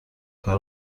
کار